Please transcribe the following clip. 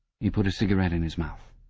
he put a cigarette in his mouth.